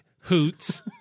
hoots